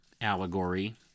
allegory